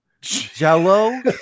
Jello